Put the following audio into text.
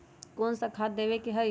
कोन सा खाद देवे के हई?